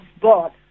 God